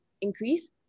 increase